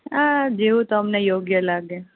આ જેવું તમને યોગ્ય લાગે